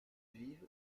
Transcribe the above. vive